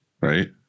right